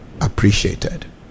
appreciated